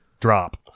drop